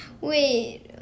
Wait